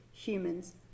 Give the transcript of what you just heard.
humans